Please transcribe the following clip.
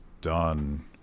done